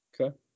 Okay